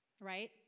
right